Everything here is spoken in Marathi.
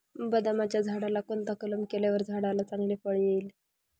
बदामाच्या झाडाला कोणता कलम केल्यावर झाडाला चांगले फळ येईल?